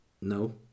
No